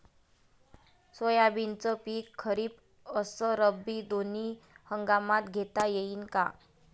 सोयाबीनचं पिक खरीप अस रब्बी दोनी हंगामात घेता येईन का?